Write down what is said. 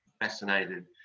fascinated